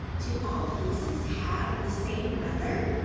do all places have the same weather?